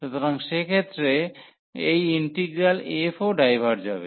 সুতরাং সেক্ষেত্রে এই ইন্টিগ্রাল f ও ডাইভার্জ হবে